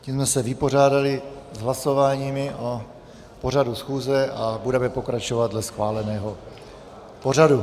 Tím jsme se vypořádali s hlasováními pořadu schůze a budeme pokračovat dle schváleného pořadu.